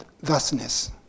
thusness